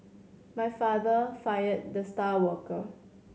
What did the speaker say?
my father fired the star worker